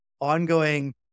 ongoing